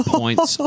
points